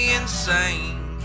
insane